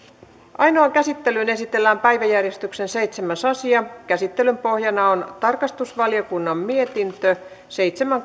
ainoaan käsittelyyn esitellään päiväjärjestyksen seitsemäs asia käsittelyn pohjana on tarkastusvaliokunnan mietintö seitsemän